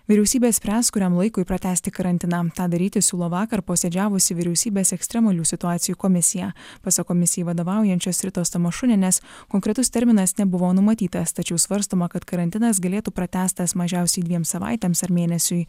vyriausybė spręs kuriam laikui pratęsti karantiną tą daryti siūlo vakar posėdžiavusi vyriausybės ekstremalių situacijų komisija pasak komisijai vadovaujančios ritos tamašunienės konkretus terminas nebuvo numatytas tačiau svarstoma kad karantinas galėtų pratęstas mažiausiai dviem savaitėms ar mėnesiui